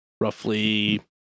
roughly